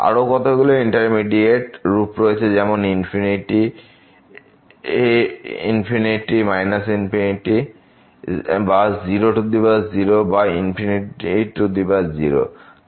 আরো কতগুলি ইন্ডিটারমিনেট রূপ রয়েছে যেমন ∞∞ বা 00 বা 0